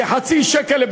כחצי שקל.